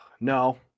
No